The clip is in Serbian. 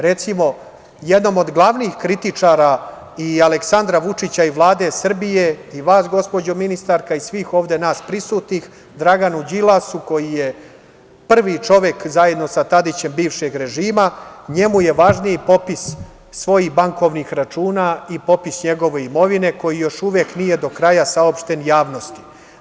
Recimo, jednom od glavnih kritičara i Aleksandra Vučića i Vlade Srbije i vas gospođo ministarka i svih ovde nas prisutnih, Draganu Đilasu koji je prvi čovek zajedno sa Tadićem bivšeg režima, njemu je važniji popis svojih bankovnih računa i popis njegove imovine koji još uvek nije do kraja saopšten javnosti.